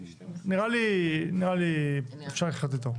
נראה לי אפשר לחיות איתו.